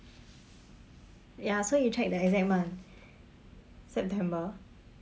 ya so you check the exact month september